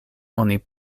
oni